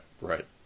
right